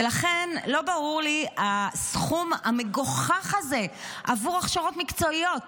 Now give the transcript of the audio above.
ולכן לא ברור לי הסכום המגוחך הזה עבור הכשרות מקצועיות